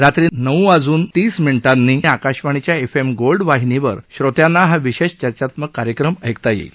रात्री नऊ वाजून तीस मिनिटांनी आकाशवाणीच्या एफ एम गोल्ड वाहिनीवर श्रोत्यांना हा विशेष चर्चात्मक कार्यक्रम ऐकता येईल